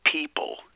people